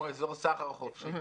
כמו אזור סחר חופשי.